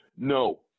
No